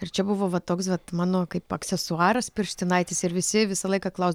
ir čia buvo va toks vat mano kaip aksesuaras pirštinaitės ir visi visą laiką klausdavo